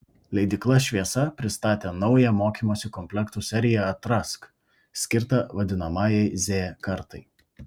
leidykla šviesa pristatė naują mokymosi komplektų seriją atrask skirtą vadinamajai z kartai